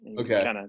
Okay